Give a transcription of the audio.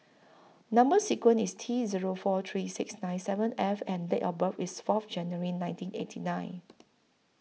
Number sequence IS T Zero four three six nine seven F and Date of birth IS Fourth January nineteen eighty nine